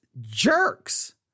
jerks